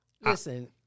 Listen